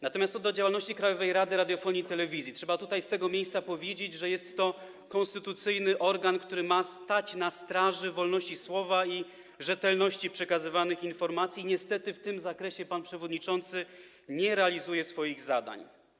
Natomiast co do działalności Krajowej Rady Radiofonii i Telewizji, to trzeba z tego miejsca powiedzieć, że jest to konstytucyjny organ, który ma stać na straży wolności słowa i rzetelności przekazywanych informacji, i niestety w tym zakresie pan przewodniczący nie realizuje swoich zadań.